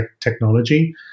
technology